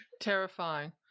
terrifying